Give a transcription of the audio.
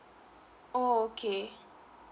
oh okay